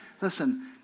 Listen